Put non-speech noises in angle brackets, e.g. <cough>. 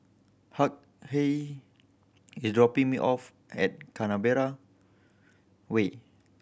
Hughey is dropping me off at <unintelligible> Way